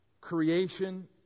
creation